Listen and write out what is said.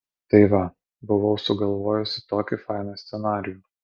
tai va buvau sugalvojusi tokį fainą scenarijų